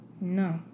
No